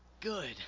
Good